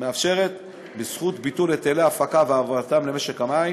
היא מתאפשרת בזכות ביטול היטלי ההפקה והעברתם למשק המים.